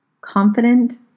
Confident